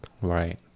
Right